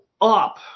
up